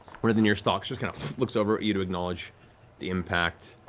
one of the nearest stalks just kind of looks over at you to acknowledge the impact,